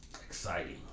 Exciting